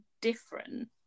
different